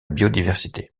biodiversité